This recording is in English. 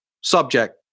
subject